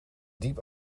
diep